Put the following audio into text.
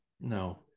no